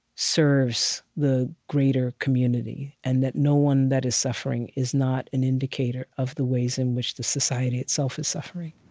serves the greater community, and that no one that is suffering is not an indicator of the ways in which the society itself is suffering